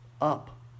up